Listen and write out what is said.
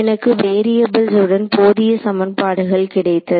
எனக்கு வேரியபுள்ஸ் உடன் போதிய சமன்பாடுகள் கிடைத்தது